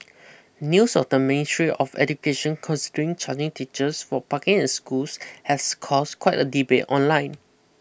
News of the Ministry of Education considering charging teachers for parking in schools has caused quite a debate online